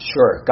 Sure